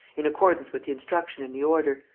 in accordance with the instruction in the order,